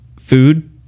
food